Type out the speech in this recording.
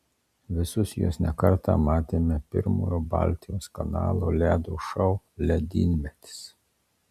visus juos ne kartą matėme pirmojo baltijos kanalo ledo šou ledynmetis